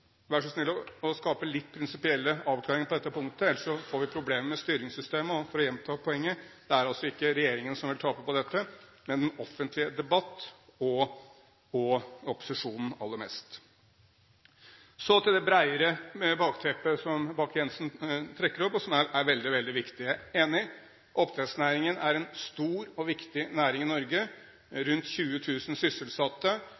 så snill å skape litt prinsipielle avklaringer på dette punktet, ellers får vi problemer med styringssystemet. Og for å gjenta poenget: Det er altså ikke regjeringen som vil tape på dette, men den offentlige debatt og opposisjonen aller mest. Så til det bredere bakteppet som Bakke-Jensen trekker opp, og som er veldig, veldig viktig – det er jeg enig i. Oppdrettsnæringen er en stor og viktig næring i Norge